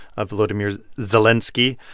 ah volodymyr zelenskiy.